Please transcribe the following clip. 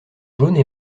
jaunes